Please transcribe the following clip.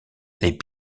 les